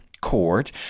court